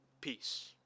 Peace